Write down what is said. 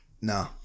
No